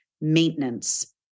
Maintenance